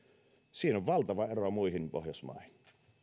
siinä on valtava ero muihin pohjoismaihin